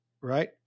right